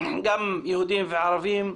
גם יהודים וערבים,